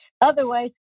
otherwise